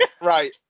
Right